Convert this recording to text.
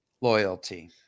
loyalty